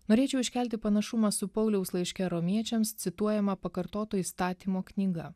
norėčiau iškelti panašumą su pauliaus laiške romiečiams cituojama pakartoto įstatymo knyga